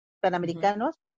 panamericanos